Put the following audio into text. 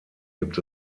gibt